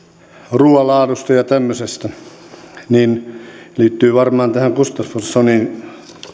ruuan laadusta ja tämmöisestä se liittyy varmaan myös tähän gustafssonin